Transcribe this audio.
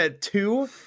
Two